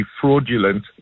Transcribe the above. fraudulent